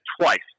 twice